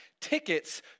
tickets